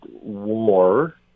war